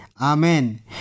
Amen